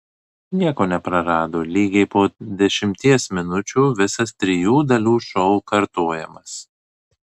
nieko neprarado lygiai po dešimties minučių visas trijų dalių šou kartojamas